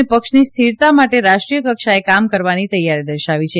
અને પક્ષની સ્થિરતા માટે રાષ્ટ્રીય કક્ષાએ કામ કરવાની તૈથારી દર્શાવી છે